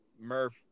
Murph